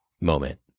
moment